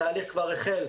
התהליך כבר החל.